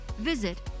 visit